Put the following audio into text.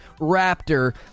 Raptor